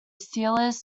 steelers